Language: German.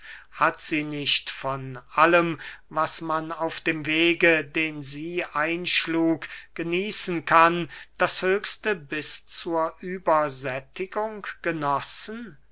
hat sie nicht von allem was man auf dem wege den sie einschlug genießen kann das höchste bis zur übersättigung genossen